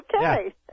Okay